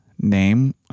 name